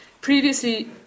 previously